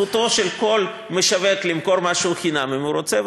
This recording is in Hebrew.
זכותו של כל משווק לתת משהו חינם אם הוא רוצה,